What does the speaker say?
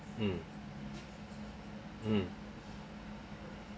mm mm